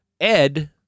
Ed